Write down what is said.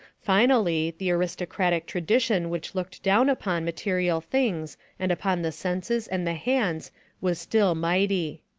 finally, the aristocratic tradition which looked down upon material things and upon the senses and the hands was still mighty.